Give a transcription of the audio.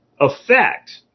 effect